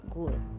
good